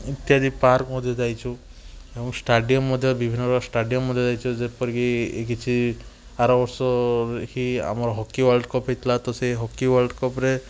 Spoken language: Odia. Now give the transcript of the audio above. ଇତ୍ୟାଦି ପାର୍କ ମଧ୍ୟ ଯାଇଛୁ ଏବଂ ଷ୍ଟାଡ଼ିୟମ ମଧ୍ୟ ବିଭିନ୍ନ ପ୍ରକାର ଷ୍ଟାଡ଼ିୟମ ମଧ୍ୟ ଯାଇଛୁ ଯେପରିକି ଏହି କିଛି ଆରବର୍ଷ ହେ ଆମର ହକି ୱାଲ୍ଡ କପ୍ ହୋଇଥିଲା ତ ସେ ହକି ୱାଲ୍ଡ କପ୍ରେ